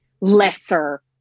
lesser